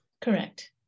Correct